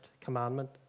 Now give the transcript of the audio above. commandment